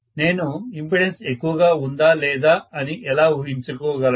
నేను ఇంపెడెన్స్ ఎక్కువగా ఉందా లేదా అని ఎలా ఊహించుకోగలను